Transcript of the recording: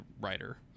writer